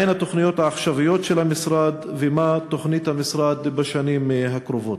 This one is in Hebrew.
מה הן התוכניות העכשוויות של המשרד ומה תוכנית המשרד בשנים הקרובות?